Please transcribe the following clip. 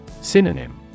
Synonym